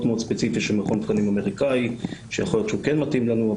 מאוד ספציפי של מכון תקנים אמריקאי שיכול להיות שהוא כן מתאים לנו,